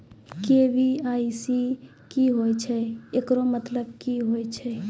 KYC की होय छै, एकरो मतलब की होय छै?